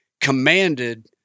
commanded